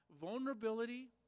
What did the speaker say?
vulnerability